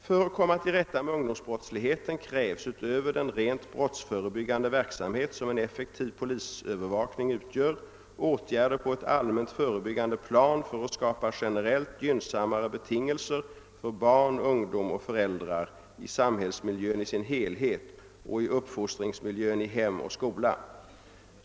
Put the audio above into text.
För att komma till rätta med ungdomsbrottsligheten krävs, utöver den rent - brottsförebyggande verksamhet som en effektiv polisövervakning utgör, åtgärder på ett allmänt förebyggande plan för att skapa generellt gynnsammare betingelser för barn, ungdom och föräldrar i samhällsmiljön i dess helhet och i uppfostringsmiljön i hem och skola.